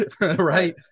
right